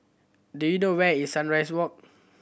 do you know where is Sunrise Walk